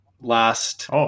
last